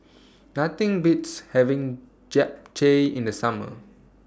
Nothing Beats having Japchae in The Summer